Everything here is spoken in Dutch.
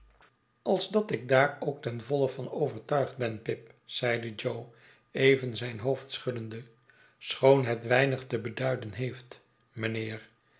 als dat ik daar ook ten voile van overtuigd ben pip zeide jo even zijn hoofd schuddende schoon het weinig te beduiden heeft mijnheer